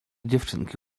dziewczynki